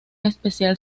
especial